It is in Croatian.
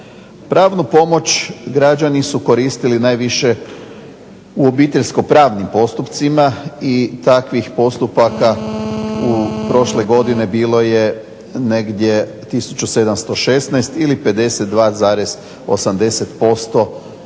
Pravnu pomoć građani su koristili najviše u obiteljsko-pravnim postupcima i takvih postupaka prošle godine bilo je negdje 1716 ili 52,88%